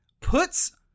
puts